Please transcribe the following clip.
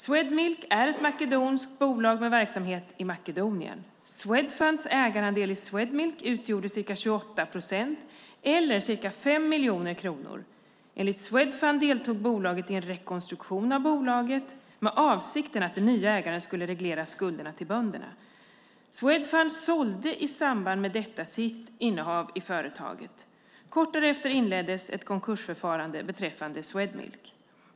Swedmilk är ett makedoniskt bolag med verksamhet i Makedonien. Swedfunds ägarandel i Swedmilk utgjorde ca 28 procent eller ca 5 miljoner kronor. Enligt Swedfund deltog bolaget i en rekonstruktion av bolaget med avsikten att den nya ägaren skulle reglera skulderna till bönderna. Swedfund sålde i samband med detta sitt innehav i företaget. Kort därefter inleddes ett konkursförfarande beträffande Swedmilk.